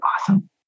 awesome